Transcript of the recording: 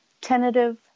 Tentative